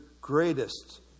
greatest